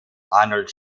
arnold